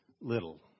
little